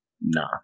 nah